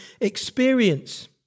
experience